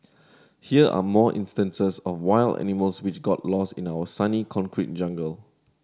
here are more instances of wild animals which got lost in our sunny concrete jungle